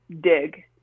dig